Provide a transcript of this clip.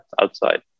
outside